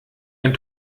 ein